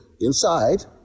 inside